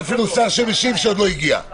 ואין אפילו שר שמשיב, הוא עוד לא הגיע.